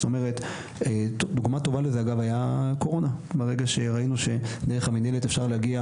ברגע שראינו שדרך המינהלת אפשר להגיע